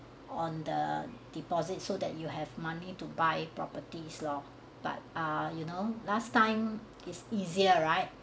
on the deposit so that you have money to buy properties lor but er you know last time is easier right